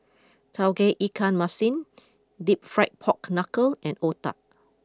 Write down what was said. Tauge Ikan Masin Deep Fried Pork Knuckle and Otah